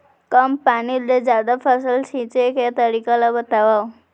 कम पानी ले जादा फसल सींचे के तरीका ला बतावव?